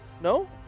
No